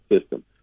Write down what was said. system